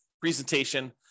presentation